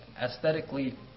aesthetically